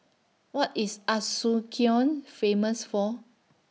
What IS Asuncion Famous For